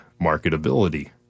marketability